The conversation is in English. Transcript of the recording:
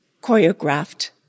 choreographed